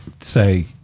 say